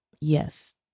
Yes